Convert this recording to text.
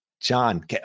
John